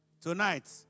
Tonight